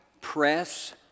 press